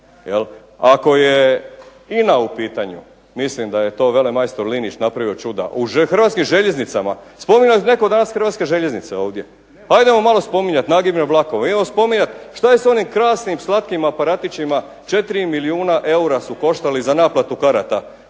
Ako je INA u pitanju mislim da je to velemajstor Linić napravio čuda. U Hrvatskim željeznicama, spominjao je netko danas Hrvatske željeznice ovdje, ajdemo malo spominjat nagibne vlakove, idemo spominjat šta je s onim krasnim slatkim aparatićima 4 milijuna eura su koštali za naplatu karata,